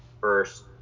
first